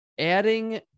adding